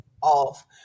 off